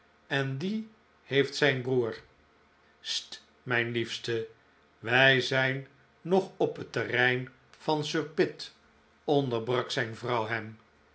en die heeft zijn broer st mijn liefste wij zijn nog op het terrein van sir pitt onderbrak zijn vrouw hem